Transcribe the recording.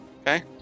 Okay